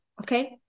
Okay